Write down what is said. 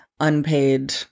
unpaid